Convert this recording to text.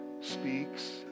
speaks